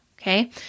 Okay